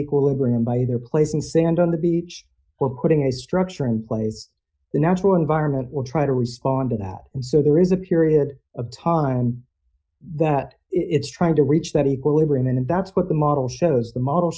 equilibrium by their placing sand on the beach or putting a structure in place the natural environment will try to respond to that and so there is a period of time that it's trying to reach that equilibrium and that's what the model shows the model